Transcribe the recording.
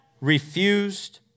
refused